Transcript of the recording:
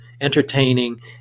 entertaining